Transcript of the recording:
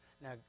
Now